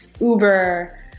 Uber